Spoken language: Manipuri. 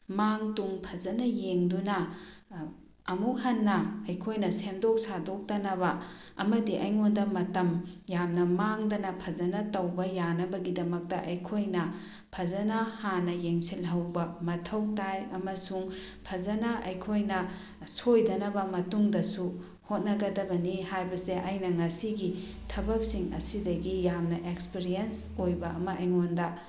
ꯃꯥꯡ ꯇꯨꯡ ꯐꯖꯅ ꯌꯦꯡꯗꯨꯅ ꯑꯃꯨꯛꯍꯟꯅ ꯑꯩꯈꯣꯏꯅ ꯁꯦꯝꯗꯣꯛ ꯁꯥꯗꯣꯛꯇꯅꯕ ꯑꯃꯗꯤ ꯑꯩꯉꯣꯟꯗ ꯃꯇꯝ ꯌꯥꯝꯅ ꯃꯥꯡꯗꯅ ꯐꯖꯅ ꯇꯧꯕ ꯌꯥꯅꯕꯒꯤꯗꯃꯛꯇ ꯑꯩꯈꯣꯏꯅ ꯐꯖꯅ ꯍꯥꯟꯅ ꯌꯦꯡꯁꯤꯜꯍꯧꯕ ꯃꯊꯧ ꯇꯥꯏ ꯑꯃꯁꯨꯡ ꯐꯖꯅ ꯑꯩꯈꯣꯏꯅ ꯁꯣꯏꯗꯅꯕ ꯃꯇꯨꯡꯗꯁꯨ ꯍꯣꯠꯅꯒꯗꯕꯅꯤ ꯍꯥꯏꯕꯁꯦ ꯑꯩꯅ ꯉꯁꯤꯒꯤ ꯊꯕꯛꯁꯤꯡ ꯑꯁꯤꯗꯒꯤ ꯌꯥꯝꯅ ꯑꯦꯛꯁꯄꯤꯔꯤꯌꯦꯟꯁ ꯑꯣꯏꯕ ꯑꯃ ꯑꯩꯉꯣꯟꯗ